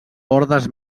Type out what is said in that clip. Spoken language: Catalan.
ordes